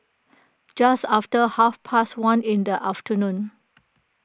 just after half past one in the afternoon